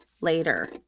later